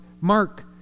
Mark